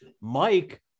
Mike